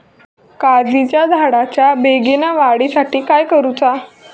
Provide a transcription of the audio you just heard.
काजीच्या झाडाच्या बेगीन वाढी साठी काय करूचा?